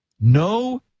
no